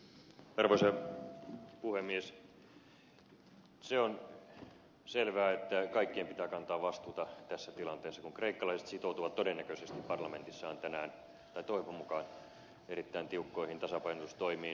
se on selvää että kaikkien pitää kantaa vastuuta tässä tilanteessa kun kreikkalaiset sitoutuvat todennäköisesti parlamentissaan tänään tai toivon mukaan erittäin tiukkoihin tasapainotustoimiin